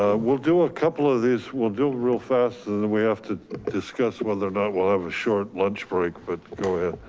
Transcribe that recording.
ah we'll do a couple of these, we'll do real fast and then we have to discuss whether or not we'll have a short lunch break but go ahead,